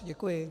Děkuji.